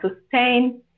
sustain